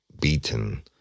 beaten